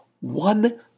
one